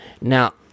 Now